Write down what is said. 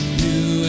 new